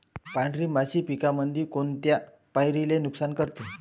पांढरी माशी पिकामंदी कोनत्या पायरीले नुकसान करते?